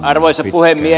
arvoisa puhemies